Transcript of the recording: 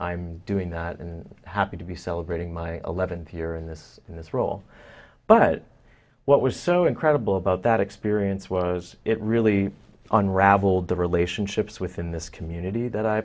i'm doing that and happy to be celebrating my eleventh year in this in this role but what was so incredible about that experience was it really unraveled the relationships within this community that i